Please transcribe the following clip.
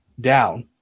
down